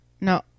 No